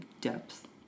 depth